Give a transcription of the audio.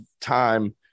time